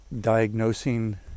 diagnosing